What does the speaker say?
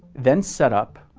then setup,